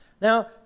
Now